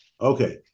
Okay